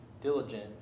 diligent